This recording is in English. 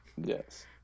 Yes